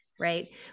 right